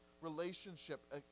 relationship